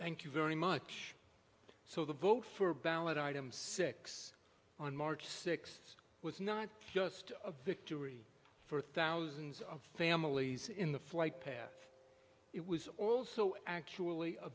thank you very much so the vote for ballot item six on march sixth was not just a victory for thousands of families in the flight path it was also actually a